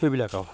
সেইবিলাক আও